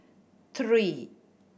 three